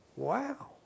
Wow